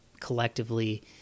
collectively